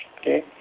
okay